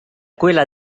quella